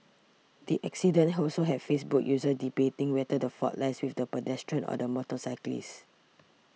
the accident also have Facebook users debating whether the fault lies with the pedestrian or the motorcyclist